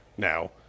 Now